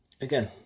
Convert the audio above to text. again